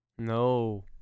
No